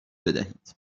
بدهید